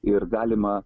ir galima